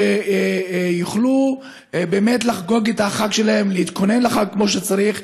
שהם יוכלו באמת לחגוג את החג שלהם ולהתכונן לחג כמו שצריך,